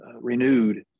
renewed